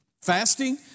Fasting